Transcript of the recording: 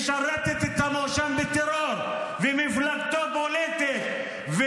משרתת את המואשם בטרור ומפלגתו פוליטית.